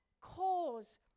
cause